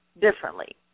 differently